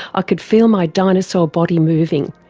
i could feel my dinosaur body moving!